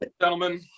Gentlemen